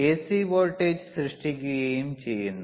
C voltage സൃഷ്ടിക്കുകയും ചെയ്യുന്നു